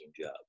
jobs